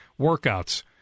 workouts